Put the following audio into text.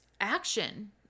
action